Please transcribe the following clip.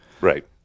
Right